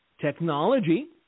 technology